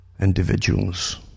individuals